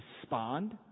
respond